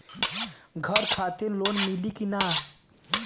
घर खातिर लोन मिली कि ना?